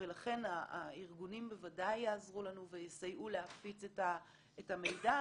ולכן הארגונים בוודאי יעזרו לנו ויסייעו להפיץ את המידע.